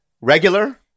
Regular